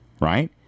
right